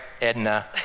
edna